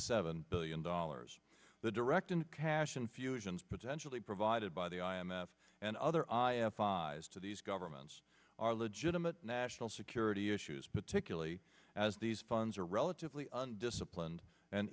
seven billion dollars the direct and cash infusions potentially provided by the i m f and other i m f eyes to these governments are legitimate national security issues particularly as these funds are relatively and disciplined and